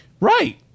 Right